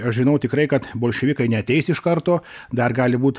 aš žinau tikrai kad bolševikai neateis iš karto dar gali būt